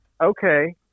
okay